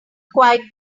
quite